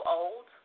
old